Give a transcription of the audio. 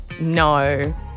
no